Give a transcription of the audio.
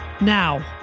Now